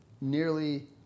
nearly